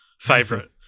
favorite